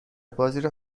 بازیرو